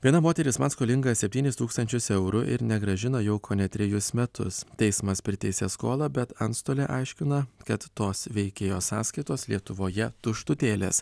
viena moteris man skolinga septynis tūkstančius eurų ir negrąžina jau kone trejus metus teismas priteisė skolą bet antstolė aiškina kad tos veikėjos sąskaitos lietuvoje tuštutėlės